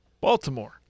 Baltimore